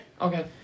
Okay